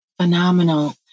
Phenomenal